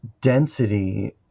density